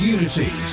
Unity